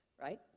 right